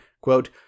quote